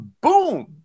Boom